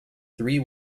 three